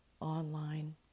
online